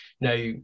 now